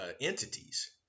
entities